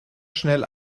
schnell